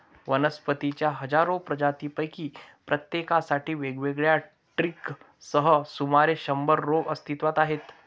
वनस्पतींच्या हजारो प्रजातींपैकी प्रत्येकासाठी वेगवेगळ्या ट्रिगर्ससह सुमारे शंभर रोग अस्तित्वात आहेत